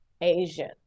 Asian